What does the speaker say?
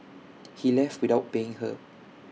he left without paying her